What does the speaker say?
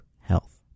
health